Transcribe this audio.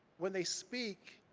when they speak,